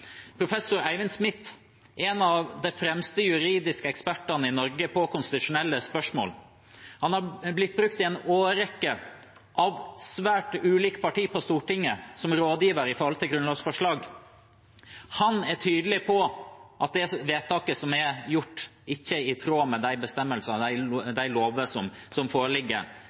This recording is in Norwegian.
Professor Eivind Smith er en av de fremste juridiske ekspertene i Norge på konstitusjonelle spørsmål. Han har blitt brukt i en årrekke av svært ulike parti på Stortinget som rådgiver med hensyn til grunnlovsforslag. Han er tydelig på at det vedtaket som er gjort, ikke er i tråd med de bestemmelser og de lover som foreligger.